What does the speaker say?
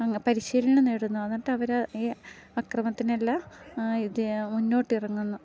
പരിശീലനം നേടുന്നു എന്നിട്ട് അവര് ഈ അക്രമത്തിനെല്ലാം ഇത് മുന്നോട്ട് ഇറങ്ങുന്നു